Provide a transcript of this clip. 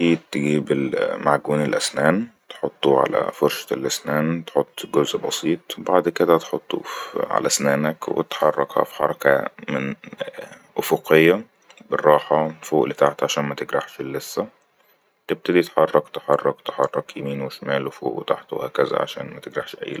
تجيب المعجون الاسنان تحطه على فرشة الاسنان تحط جزء بسيط وبعد كده تحطوه على اسنانك وتحركها فحركة من افوقية بالراحة فوق لتحت عشان ما تجرحش اللسة تبتدي تحرك تحرك تحرك يمين وشمال وفوق وتحت وهكزا كذا عشان ما تجرحش ايه